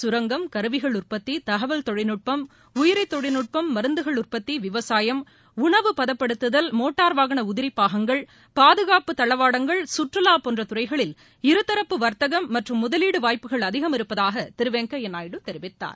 கரங்கம் கருவிகள் உற்பத்தி தகவல் தொழில்நுட்பம் உயிரிதொழில்நுட்பம் மருந்துகள் உற்பத்தி விவசாயம் உணவு பதப்படுத்துதல் மோட்டார் வாகன உதிரிபாகங்கள் பாதுகாப்பு தளவாடங்கள் கற்றுலா போன்ற துறைகளில் இருதரப்பு வர்த்தகம் மற்றும் முதலீட்டு வாய்ப்புகள் அதிகம் இருப்பதாக திரு வெங்கையா நாயுடு தெரிவித்தார்